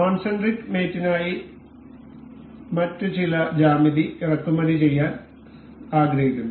concentric mate നായി മറ്റ് ചില ജ്യാമിതി ഇറക്കുമതി ചെയ്യാൻ നമ്മൾ ആഗ്രഹിക്കുന്നു